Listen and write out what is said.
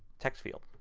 text field.